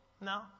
No